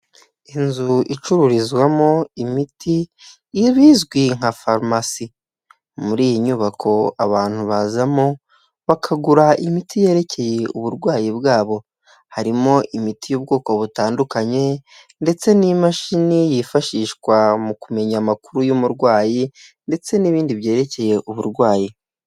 Inzu icururizwamo imiti ibizwi nka farumasi. Muri iyi nyubako abantu bazamo, bakagura imiti yerekeye uburwayi bwabo. Harimo imiti y'ubwoko butandukanye ndetse n'imashini yifashishwa mu kumenya amakuru y'umurwayi ndetse n'ibindi byerekeye uburwayi.